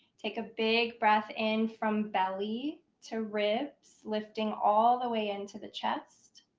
take a big breath in from belly to ribs, lifting all the way into the chest.